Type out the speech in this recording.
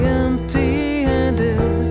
empty-handed